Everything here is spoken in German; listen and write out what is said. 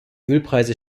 ölpreise